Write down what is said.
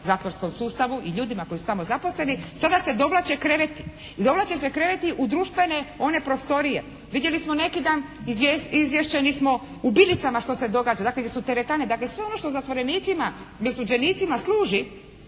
naprosto sustavu i ljudima koji su tamo zaposleni. Sada se dovlače kreveti. I dovlače se kreveti u društvene one prostorije. Vidjeli smo neki dan, izviješćeni smo u Bilicama što se događa, dakle gdje su teretane. Dakle, sve ono što zatvorenicima, osuđenicima služi